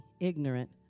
ignorant